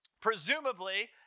Presumably